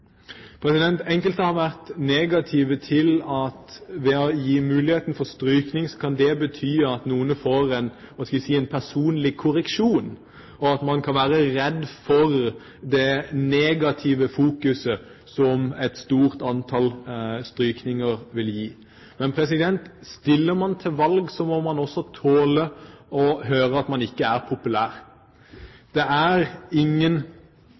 Enkelte har vært negative til å gi mulighet for strykning fordi det kan bety at noen får en personlig korreksjon, og man kan være redd for det negative fokuset som et stort antall strykninger vil gi. Men stiller man til valg, må man også tåle å høre at man ikke er populær. Det er ingen